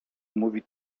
mówi